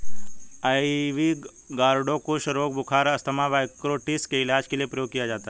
ivy gourd कुष्ठ रोग, बुखार, अस्थमा, ब्रोंकाइटिस के इलाज के लिए प्रयोग किया जाता है